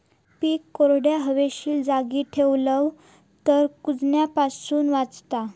पीक कोरड्या, हवेशीर जागी ठेवलव तर कुजण्यापासून वाचता